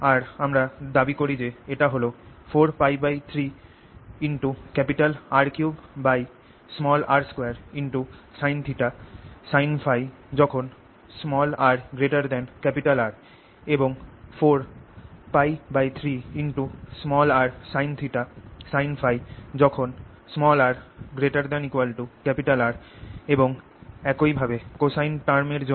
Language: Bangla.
আর আমরা দাবি করি যে এটা হল 4π3R3r2 sinθ sinՓ যখন rR এবং 4π 3 r sinθ sinՓ যখন rR এবং একইভাবে cosine টার্ম এর জন্য